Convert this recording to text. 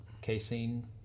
casein